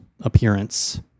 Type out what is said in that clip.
appearance